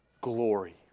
glory